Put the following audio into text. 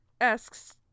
asks